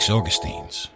Augustine's